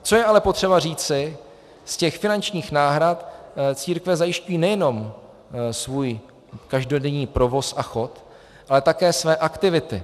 Co je ale potřeba říci, z těch finančních náhrad církve zajišťují nejenom svůj každodenní provoz a chod, ale také své aktivity.